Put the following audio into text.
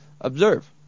Observe